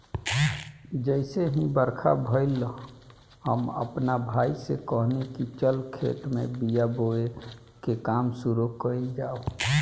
जइसे ही बरखा भईल, हम आपना भाई से कहनी की चल खेत में बिया बोवे के काम शुरू कईल जाव